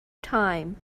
time